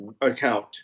account